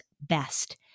best